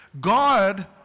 God